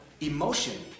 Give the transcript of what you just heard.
emotion